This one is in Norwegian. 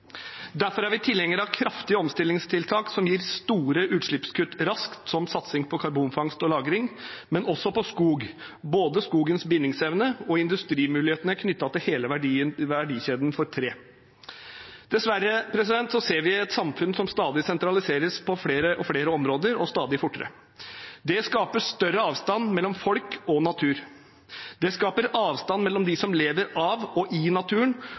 Derfor er vi tilhengere av kraftige omstillingstiltak som gir store utslippskutt raskt, som satsing på karbonfangst og -lagring, men også på skog, både skogens bindingsevne og industrimulighetene knyttet til hele verdikjeden for tre. Dessverre ser vi et samfunn som sentraliseres på flere og flere områder, og stadig fortere. Det skaper større avstand mellom folk og natur. Det skaper avstand mellom dem som lever av og i naturen,